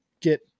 get